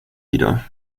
wieder